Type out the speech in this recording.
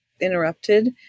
interrupted